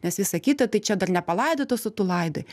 nes visa kita tai čia dar nepalaidotas o tu laidoji